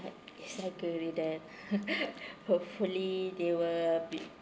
like it's like a redeem hopefully they will be